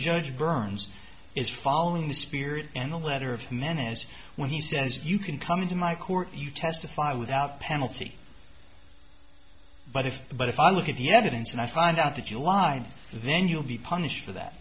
judge burns is following the spirit and the letter of menace when he says you can come into my court you testify without penalty but if but if i look at the evidence and i find out that you lied then you'll be punished for that